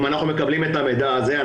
אם אנחנו מקבלים את המידע הזה,